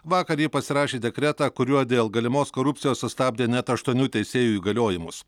vakar ji pasirašė dekretą kuriuo dėl galimos korupcijos sustabdė net aštuonių teisėjų įgaliojimus